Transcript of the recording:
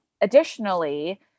Additionally